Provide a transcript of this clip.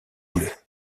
bleu